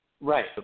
Right